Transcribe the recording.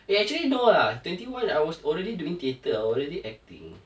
eh actually no lah twenty one I was already doing theatre I already acting